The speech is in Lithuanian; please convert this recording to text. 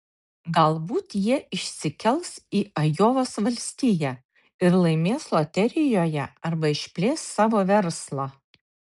galbūt jie išsikels į ajovos valstiją ir laimės loterijoje arba išplės savo verslą